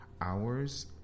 hours